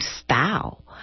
style